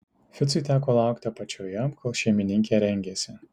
ficui teko laukti apačioje kol šeimininkė rengėsi